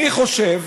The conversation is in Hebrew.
אני חושב,